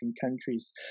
countries